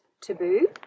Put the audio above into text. Taboo